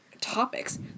topics